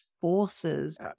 forces